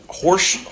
horse